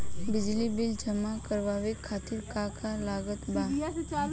बिजली बिल जमा करावे खातिर का का लागत बा?